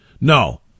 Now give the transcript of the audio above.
No